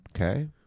Okay